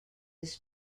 this